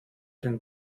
den